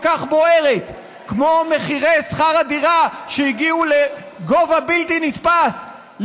כך בוערת כמו מחירי שכר הדירה שהגיעו לגובה בלתי נתפס,